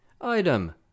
Item